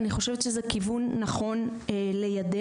אני חושבת שזה כיוון נכון ליידע,